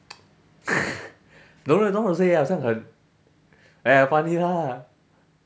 no no don't know how to say ah 好像很 !aiya! funny lah